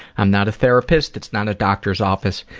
i'm not a therapist, it's not a doctor's office,